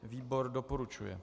Výbor doporučuje.